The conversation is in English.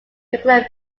nuclear